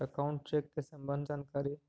Account check के सम्बन्ध जानकारी?